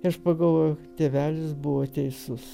aš pagalvojau tėvelis buvo teisus